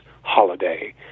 holiday